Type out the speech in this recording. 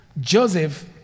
Joseph